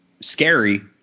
scary